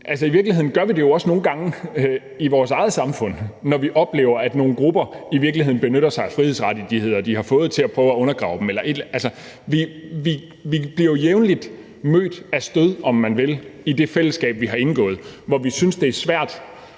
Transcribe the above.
i virkeligheden gør vi det jo også nogle gange i vores eget samfund, når vi oplever, at nogle grupper i virkeligheden benytter sig af de frihedsrettigheder, de har fået, til at prøve at undergrave dem. Vi bliver jo jævnligt mødt af stød, om man vil, i det fællesskab, vi har indgået, hvor vi synes, det er svært